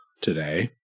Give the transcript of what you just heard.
today